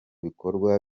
bikorwa